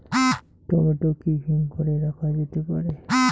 Tomato কি হিমঘর এ রাখা যেতে পারে?